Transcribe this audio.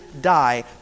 die